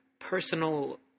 personal